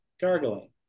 gargling